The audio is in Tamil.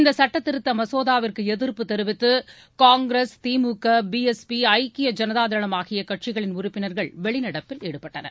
இந்த சுட்ட திருத்த மசோதாவிற்கு எதிர்ப்பு தெரிவித்து காங்கிரஸ் திமுக பிஎஸ்பி ஐக்கிய ஜனதா தளம் ஆகிய கட்சிகளின் உறுப்பினர்கள் வெளிநடப்பில் ஈடுபட்டனர்